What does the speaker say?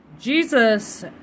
Jesus